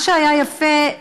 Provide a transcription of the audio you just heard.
מה שהיה יפה,